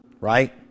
right